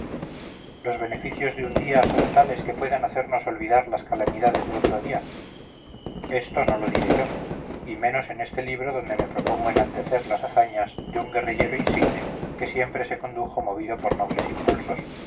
los beneficios de un día son tales que puedan hacernos olvidar las calamidades de otro día esto no lo diré yo y menos en este libro donde me propongo enaltecer las hazañas de un guerrillero insigne que siempre se condujo movido por nobles impulsos